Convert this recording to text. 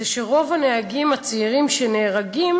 זה שרוב הנהגים הצעירים שנהרגים,